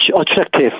attractive